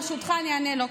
ברשותך, אני אענה לו.